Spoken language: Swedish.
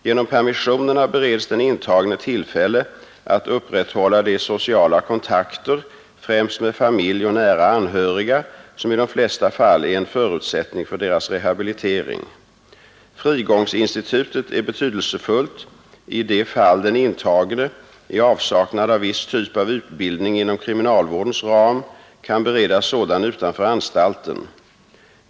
Genom permissionerna bereds de intagna tillfälle att upprätthålla de sociala kontakter, främst med familj och nära anhöriga, som i de flesta fall är en förutsättning för deras rehabilitering. Frigångsinstitutet är betydelsefullt i de fall den intagne, i avsaknad av viss typ av utbildning inom kriminalvårdens ram, kan beredas sådan utanför anstalten.